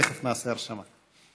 תכף נעשה הרשמה.